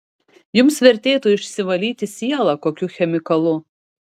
jums vertėtų išsivalyti sielą kokiu chemikalu